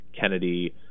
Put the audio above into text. Kennedy